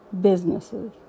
businesses